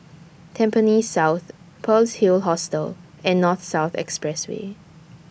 Tampines South Pearl's Hill Hostel and North South Expressway